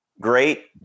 great